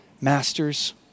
Masters